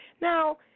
Now